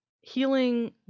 healing